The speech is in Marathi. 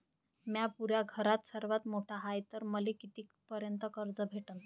म्या पुऱ्या घरात सर्वांत मोठा हाय तर मले किती पर्यंत कर्ज भेटन?